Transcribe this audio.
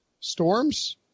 Storms